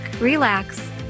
relax